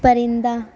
پرندہ